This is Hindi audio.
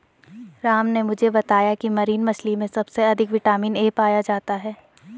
राम ने मुझे बताया की मरीन मछली में सबसे अधिक विटामिन ए पाया जाता है